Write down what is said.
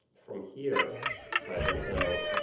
from here i don't know.